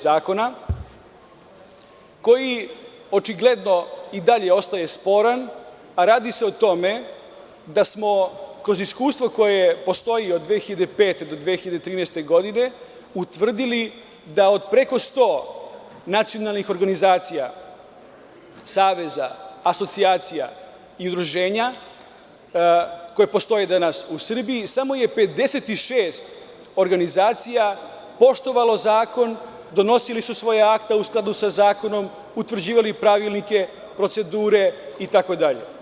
Zakona koji očigledno i dalje ostaje sporan, a radi se o tome da smo kroz iskustvo koje postoji od 2005. do 2013. godine utvrdili da od preko 100 nacionalnih organizacija, saveza, asocijacija i udruženja, koje postoje danas u Srbiji, samo 56 organizacija je poštovalo zakon, donosili su svoje akte u skladu sa zakonom, utvrđivali pravilnike, procedure itd.